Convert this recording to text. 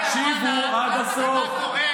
תקשיבו עד הסוף, גם אם זה לא נוח.